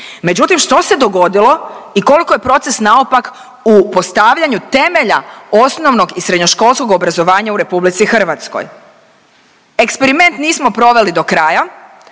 Međutim, što se dogodilo i koliko je proces naopak u postavljanju temelja osnovnog i srednjoškolskog obrazovanja u RH? Eksperiment nismo proveli do kraja,